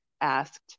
asked